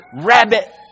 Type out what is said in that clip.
rabbit